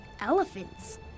elephants